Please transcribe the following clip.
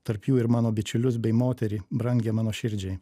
tarp jų ir mano bičiulius bei moterį brangią mano širdžiai